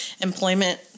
employment